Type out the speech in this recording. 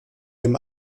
dem